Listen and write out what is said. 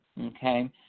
Okay